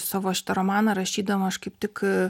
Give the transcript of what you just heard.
savo šitą romaną rašydama aš kaip tik